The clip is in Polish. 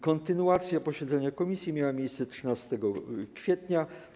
Kontynuacja posiedzenia komisji miała miejsce 13 kwietnia.